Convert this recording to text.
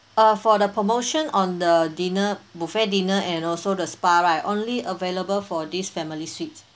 uh for the promotion on the dinner buffet dinner and also the spa right only available for this family suite